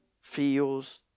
feels